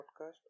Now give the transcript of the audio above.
Podcast